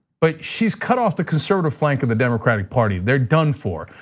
but she's cut off the conservative flank of the democratic party, they're done for.